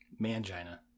Mangina